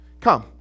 come